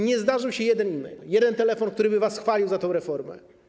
Nie zdarzył się jeden e-mail, jeden telefon, który by was chwalił za tę reformę.